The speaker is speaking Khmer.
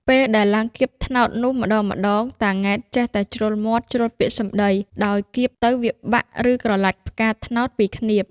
ពេលដែលឡើងគាបត្នោតនោះ ម្តងៗ តាង៉ែតចេះតែជ្រុលមាត់ ជ្រុលពាក្យសម្ដី ដោយគាបទៅវាបាក់ ឬក្រឡាច់ផ្កាត្នោតពីឃ្នាប ។